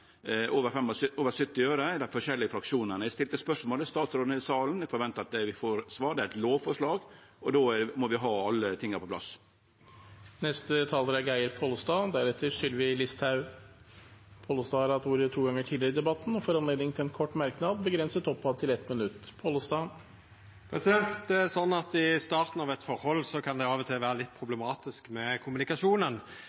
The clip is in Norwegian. over 70 øre i dei forskjellige fraksjonane. Statsråden er i salen, og eg forventar at vi får eit svar. Det er eit lovforslag, og då må vi ha alt på plass. Representanten Geir Pollestad har hatt ordet to ganger tidligere og får ordet til en kort merknad, begrenset til 1 minutt. Det er sånn at i starten av eit forhold kan det av og til vera litt